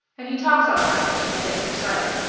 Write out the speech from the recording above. and he talks all right until he gets excited.